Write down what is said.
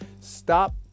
stop